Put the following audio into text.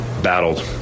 Battled